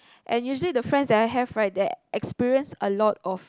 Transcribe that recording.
and usually the friends that I have right that experience a lot of